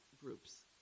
groups